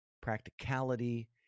practicality